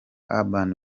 urban